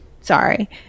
Sorry